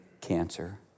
cancer